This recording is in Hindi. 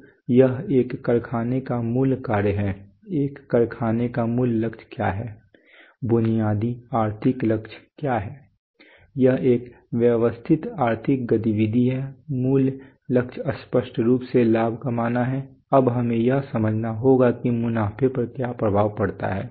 तो यह एक कारखाने का मूल कार्य है एक कारखाने का मूल लक्ष्य क्या है बुनियादी आर्थिक लक्ष्य क्या है यह एक व्यवस्थित आर्थिक गतिविधि है मूल लक्ष्य स्पष्ट रूप से लाभ कमाना है अब हमें यह समझना होगा कि मुनाफे पर क्या प्रभाव पड़ता है